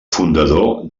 fundador